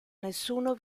nessuno